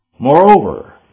Moreover